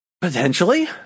Potentially